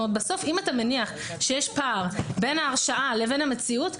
בסוף אם אתה מניח שיש פער בין ההרשעה לבין המציאות,